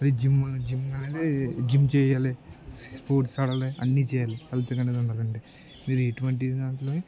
మరి gym gym అనేది gym చేయాలి స్పోర్ట్స్ ఆడాలి అన్ని చేయాలి హెల్త్ కానీ కావాలి అంటే ఇది ఎటువంటి దాంట్లో